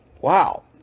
Wow